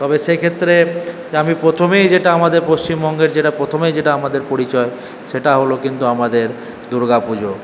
তবে সেই ক্ষেত্রে আমি প্রথমেই যেটা আমাদের পশ্চিমবঙ্গের যেটা প্রথমেই যেটা আমাদের পরিচয় সেটা হলো কিন্তু আমাদের দুর্গাপুজো